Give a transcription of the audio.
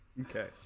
Okay